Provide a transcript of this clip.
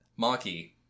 maki